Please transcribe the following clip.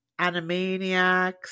Animaniacs